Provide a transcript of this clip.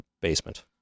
basement